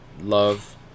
Love